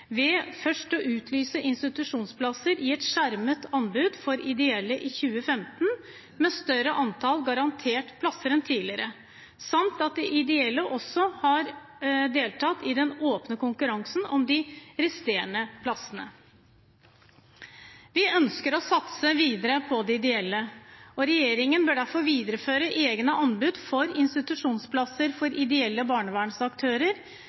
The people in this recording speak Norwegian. ved først å utlyse institusjonsplasser i et skjermet anbud for ideelle i 2015, med et større antall garanterte plasser enn tidligere, samt at de ideelle også har deltatt i den åpne konkurransen om de resterende plassene. Vi ønsker å satse videre på de ideelle. Regjeringen bør derfor videreføre egne anbud for institusjonsplasser for ideelle barnevernsaktører.